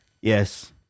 yes